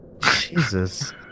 Jesus